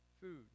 Food